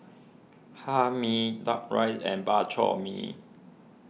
Hae Mee Duck Rice and Bak Chor Mee